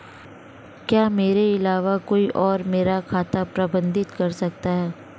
क्या मेरे अलावा कोई और मेरा खाता प्रबंधित कर सकता है?